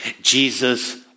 Jesus